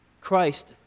Christ